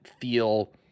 feel